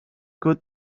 good